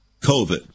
COVID